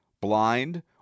blind